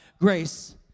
grace